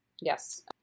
Yes